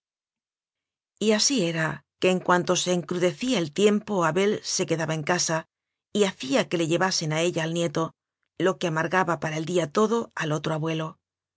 cuidado y así era que en cuanto se encrudecía el tiempo abel se quedaba en casa y hacía que le llevasen a ella al nieto lo que amargaba para el día todo al otro abuelo